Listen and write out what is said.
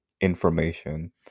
information